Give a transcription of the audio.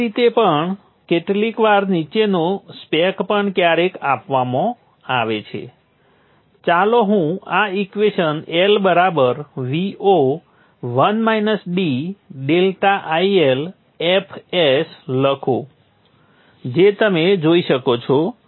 બીજી રીત પણ છે કેટલીકવાર નીચેનો સ્પેક પણ ક્યારેક આપવામાં આવે છે ચાલો હું આ equation L Vo 1 - d ∆IL fs લખું જે તમે જોઈ શકો છો